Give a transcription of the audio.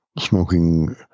smoking